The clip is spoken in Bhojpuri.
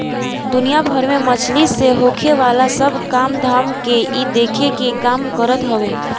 दुनिया भर में मछरी से होखेवाला सब काम धाम के इ देखे के काम करत हवे